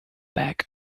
back